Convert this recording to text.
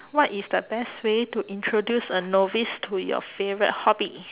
what is the best way to introduce a novice to your favourite hobby